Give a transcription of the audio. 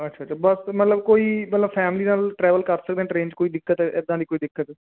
ਅੱਛਾ ਅੱਛਾ ਬਸ ਮਤਲਬ ਕੋਈ ਮਤਲਬ ਫੈਮਲੀ ਨਾਲ ਟਰੈਵਲ ਕਰ ਸਕਦੇ ਟਰੇਨ 'ਚ ਕੋਈ ਦਿੱਕਤ ਇੱਦਾਂ ਦੀ ਕੋਈ ਦਿੱਕਤ